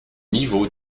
niveau